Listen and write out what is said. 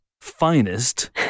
finest